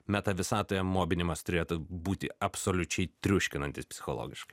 meta visatoje mobinimas turėtų būti absoliučiai triuškinantis psichologiškai